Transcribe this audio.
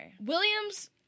Williams